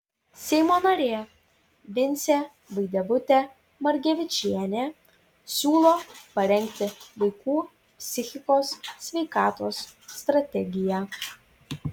seimo narė vincė vaidevutė margevičienė siūlo parengti vaikų psichikos sveikatos strategiją